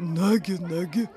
nagi nagi